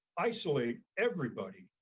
isolate everybody,